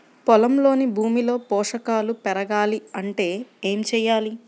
పొలంలోని భూమిలో పోషకాలు పెరగాలి అంటే ఏం చేయాలి?